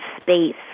space